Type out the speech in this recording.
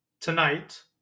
tonight